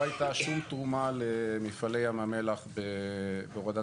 הייתה שום תרומה למפעלי ים המלח בהורדת